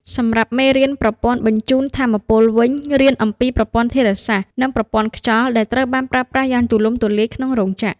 សម្រាប់មេរៀនប្រព័ន្ធបញ្ជូនថាមពលវិញ រៀនអំពីប្រព័ន្ធធារាសាស្ត្រ និងប្រព័ន្ធខ្យល់ ដែលត្រូវបានប្រើប្រាស់យ៉ាងទូលំទូលាយក្នុងរោងចក្រ។